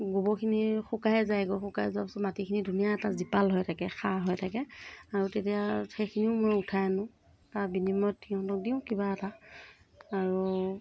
গোবৰখিনি শুকাই যায়গৈ শুকাই যোৱা পিছত মাটিখিনি ধুনীয়া এটা জীপাল হৈ থাকে সাৰ হৈ থাকে আৰু তেতিয়া সেইখিনিও মই উঠাই আনো তাৰ বিনিময়ত সিহঁতক দিওঁ কিবা এটা আৰু